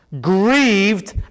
grieved